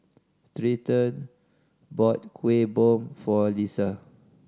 Treyton bought Kueh Bom for Leisa